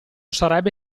sarebbe